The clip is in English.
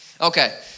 Okay